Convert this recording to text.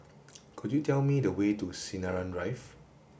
could you tell me the way to Sinaran Drive